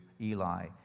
Eli